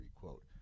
quote